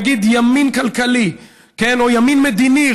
נגיד ימין כלכלי או ימין מדיני,